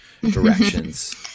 directions